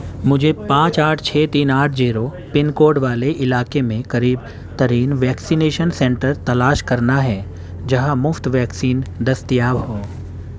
مجھے پانچ آٹھ چھ تین آٹھ جیرو پن کوڈ والے علاقے میں قریب ترین ویکسینیشن سینٹر تلاش کرنا ہے جہاں مفت ویکسین دستیاب ہو